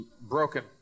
Broken